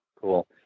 Cool